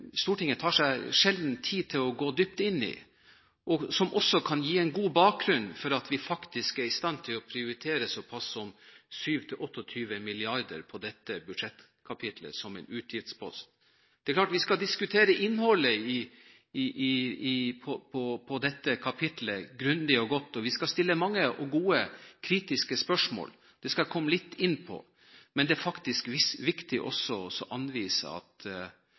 Stortinget sjelden tar seg tid til å gå dypt inn i, som også kan gi god bakgrunn for at vi faktisk er i stand til å prioritere såpass som 27–28 mrd. kr som utgiftspost på dette budsjettkapitlet. Det er klart at vi skal diskutere innholdet på dette kapitlet grundig og godt, og vi skal stille mange og gode kritiske spørsmål – det skal jeg komme litt inn på – men det er viktig også å anvise at